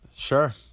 Sure